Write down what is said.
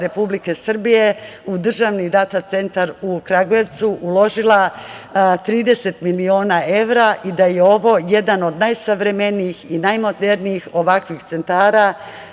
Republike Srbije u Državni data centar u Kragujevcu uložila 30 miliona evra i da je ovo jedan od najsavremenijih i najmodernijih ovakvih centara